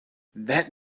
that